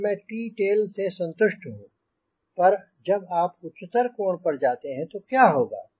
तब मैं T टेल से संतुष्ट हूँ पर जब आप उच्चतर कोण पर जाते हैं तो क्या होगा